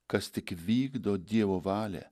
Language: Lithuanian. kas tik vykdo dievo valią